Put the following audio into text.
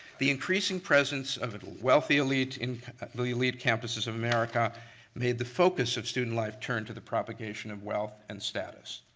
the increasing presence of a wealthy elite in the the elite campuses of america made the focus of student life turn to the propagation of wealth and status.